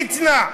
מצנע.